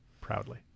proudly